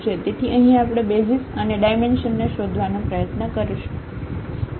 તેથી અહીં આપણે બેસિઝ અને ડાઈમેન્શન ને શોધવાનો પ્રયત્ન કરશું